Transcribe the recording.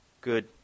Good